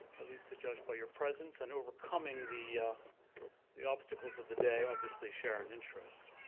at least to judge by your presence, and overcoming the the obstacles of the day, obviously share an interest.